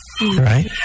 Right